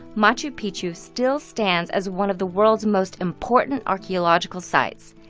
machu picchu still stands as one of the world's most important archeological sites.